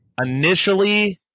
initially